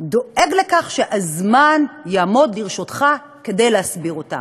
ודואג לכך שהזמן יעמוד לרשותך כדי להסביר אותן.